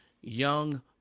young